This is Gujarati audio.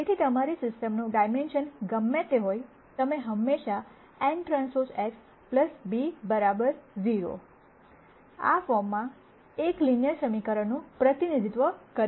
છે તેથી તમારી સિસ્ટમનું ડાઈમેન્શન ગમે તે હોય તમે હંમેશાં nTX b 0 0 આ ફોર્મમાં એક લિનયર સમીકરણનું પ્રતિનિધિત્વ કરી શકો છો